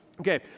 Okay